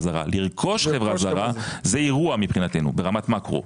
זרה לרכוש חברה זרה זה אירוע מבחינתנו ברמת מאקרו,